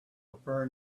prefer